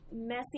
messy